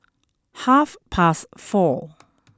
half past four